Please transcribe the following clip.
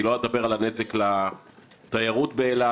אני לא אדבר על הנזק לתיירות באילת,